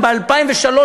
גם ב-2003,